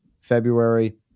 February